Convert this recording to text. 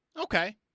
okay